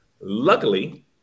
Luckily